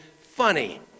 funny